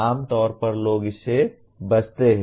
आम तौर पर लोग इससे बचते हैं